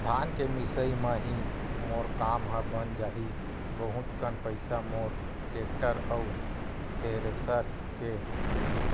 धान के मिंजई म ही मोर काम ह बन जाही बहुत कन पईसा मोर टेक्टर अउ थेरेसर के